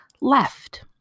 left